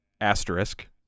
asterisk